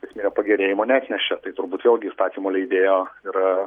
techninio pagerėjimo neatnešė tai turbūt vėlgi įstatymų leidėjo yra